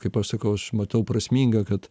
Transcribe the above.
kaip aš sakau aš matau prasminga kad